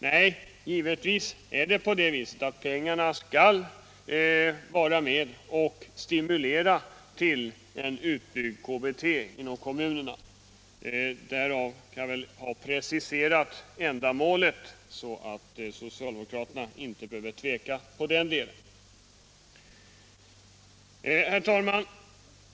Nej, givetvis skall pengarna vara med och stimulera till utbyggt KBT inom kommunerna. Därmed kan jag väl anses ha preciserat ändamålet, så att socialdemokraterna inte behöver tveka på den punkten. Herr talman!